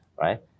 right